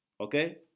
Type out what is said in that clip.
okay